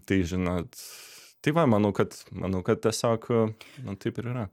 tai žinot tai va manau kad manau kad tiesiog nu taip ir yra